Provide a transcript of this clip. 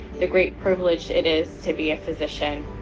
the great privilege it is, to be a physician.